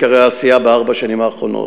עיקרי העשייה בארבע השנים האחרונות.